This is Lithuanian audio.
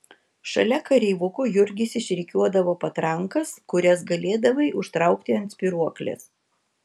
šalia kareivukų jurgis išrikiuodavo patrankas kurias galėdavai užtraukti ant spyruoklės